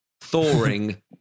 thawing